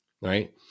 right